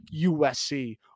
USC